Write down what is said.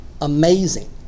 amazing